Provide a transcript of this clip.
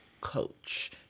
coach